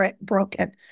broken